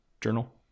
journal